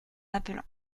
appelant